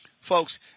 Folks